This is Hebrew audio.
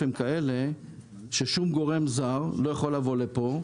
הם כאלה ששום גורם זר לא יכול לבוא לפה.